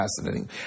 fascinating